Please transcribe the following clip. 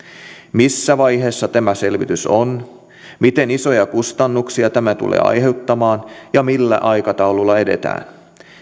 missä vaiheessa tämä selvitys on miten isoja kustannuksia tämä tulee aiheuttamaan ja millä aikataululla edetään